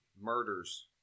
murders